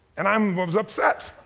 and i um but was upset.